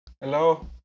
Hello